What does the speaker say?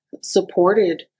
supported